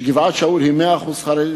שגבעת-שאול היא מאה אחוז חרדית,